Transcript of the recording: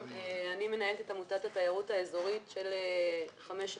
אני מנהלת את עמותת התיירות האזורית של חמשת